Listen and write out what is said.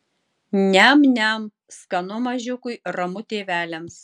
niam niam skanu mažiukui ramu tėveliams